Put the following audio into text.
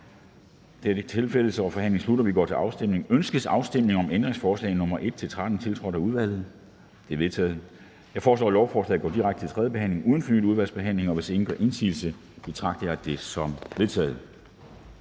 Kl. 10:57 Afstemning Formanden (Henrik Dam Kristensen): Ønskes afstemning om ændringsforslag nr. 1-13, tiltrådt af udvalget? De er vedtaget. Jeg foreslår, at lovforslaget går direkte til tredje behandling uden fornyet udvalgsbehandling. Hvis ingen gør indsigelse, betragter jeg det som vedtaget.